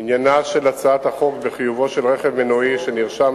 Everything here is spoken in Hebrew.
עניינה של הצעת החוק בחיובו של רכב מנועי שנרשם